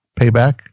payback